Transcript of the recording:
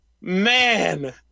Man